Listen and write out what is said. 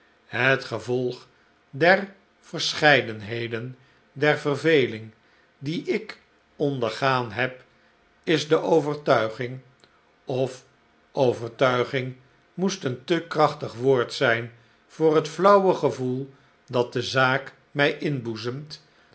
het gevolg der verscheidenheden der verveling die ik ondergaan heb is de overtuiging of overtuiging moest een te krachtig woord zijn voor het flauwe gevoel dat de zaak